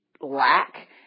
lack